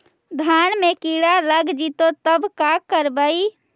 धान मे किड़ा लग जितै तब का करबइ?